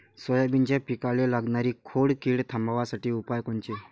सोयाबीनच्या पिकाले लागनारी खोड किड थांबवासाठी उपाय कोनचे?